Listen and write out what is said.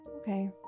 Okay